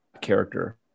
character